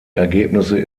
ergebnisse